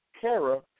Kara